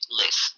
less